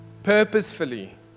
Purposefully